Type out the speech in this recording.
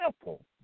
simple